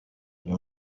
uyu